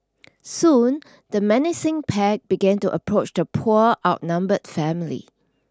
soon the menacing pack began to approach the poor outnumbered family